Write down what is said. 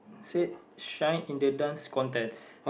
said shine in the Dance Contest